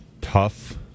tough